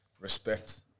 respect